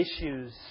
issues